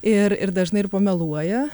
ir ir dažnai ir pameluoja